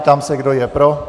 Ptám se, kdo je pro.